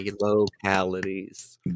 localities